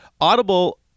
Audible